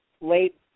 late